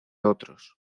otros